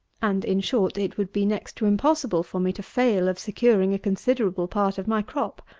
and, in short, it would be next to impossible for me to fail of securing a considerable part of my crop.